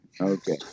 Okay